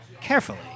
carefully